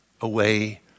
away